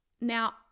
now